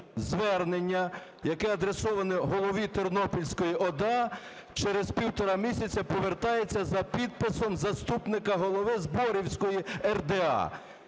звернення, яке адресоване голові Тернопільської ОДА, через півтора місяця повертається за підписом заступника голови Зборівської РДА.